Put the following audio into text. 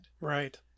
Right